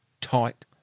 tight